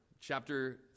Chapter